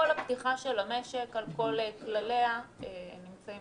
כל הפתיחה של המשק, על כל כלליה, נמצאים